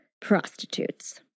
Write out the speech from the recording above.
Prostitutes